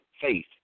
faith